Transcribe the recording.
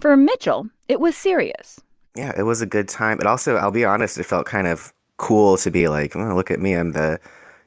for mitchell, it was serious yeah, it was a good time. but also, i'll be honest. it felt kind of cool to be like, look at me i'm the